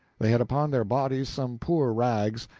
they had upon their bodies some poor rags,